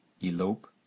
elope